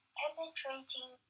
penetrating